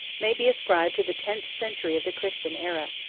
may be ascribed to the tenth century of the christian aera.